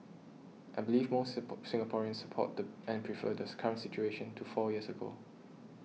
I believe most Singaporeans support the and prefer this current situation to four years ago